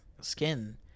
skin